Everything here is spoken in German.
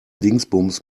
dingsbums